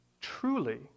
Truly